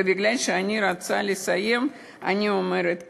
ובגלל שאני רוצה לסיים אני אומרת כך: